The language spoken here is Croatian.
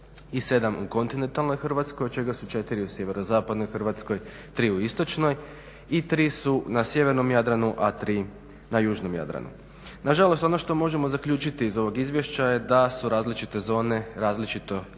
7 u Kontinentalnoj Hrvatskoj od čega su 4 u Sjeverozapadnoj Hrvatskoj, 3 u Istočnoj i 3 su na Sjevernom Jadranu a 3 na Južnom Jadranu. Nažalost ono što možemo zaključiti iz ovog izvješća je da su različite zone različito i